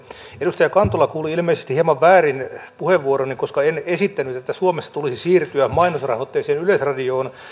edustaja kantola kuuli ilmeisesti hieman väärin puheenvuoroni koska en esittänyt että suomessa tulisi siirtyä mainosrahoitteiseen yleisradioon